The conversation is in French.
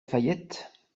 fayette